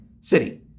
city